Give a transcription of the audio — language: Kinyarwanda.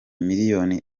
miliyoni